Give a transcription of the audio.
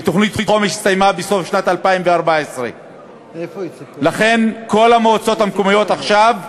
ותוכנית חומש הסתיימה בסוף שנת 2014. לכן כל המועצות המקומיות עכשיו,